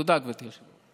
תודה, גברתי היושבת-ראש.